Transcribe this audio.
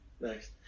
next